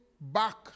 back